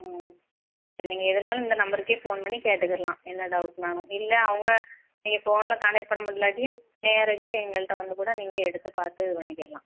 ம் சரி நீங்கள் எதனாலும் இந்த நம்பருக்கே ஃபோன் பண்ணி கேட்டுக்கிடலாம் என்ன டௌட்னாலும் இல்லை அவங்க நீங்கள் ஃபோனில் காண்டாக்ட் பண்ண முடியலாட்டியும் நேரடியாக எங்கள்கிட்ட வந்து கூட நீங்கள் எடுத்து பார்த்து பண்ணிக்கிடுலாம்